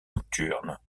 nocturnes